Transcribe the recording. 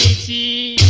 thi